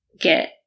get